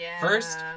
First